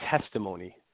testimony